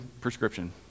prescription